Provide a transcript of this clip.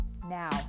Now